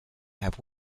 have